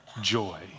joy